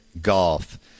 Golf